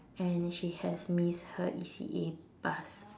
and she has missed her E_C_A bus